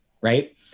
right